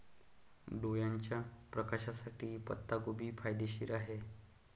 डोळ्याच्या प्रकाशासाठी पत्ताकोबी फायदेशीर आहे